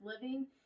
living